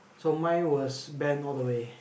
so mine was band all the way